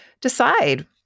decide